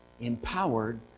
empowered